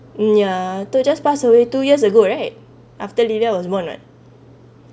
um ya to just pass away two years ago right after lilia was born or not